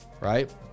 right